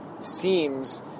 seems